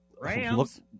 Rams